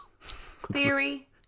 theory